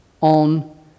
on